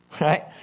right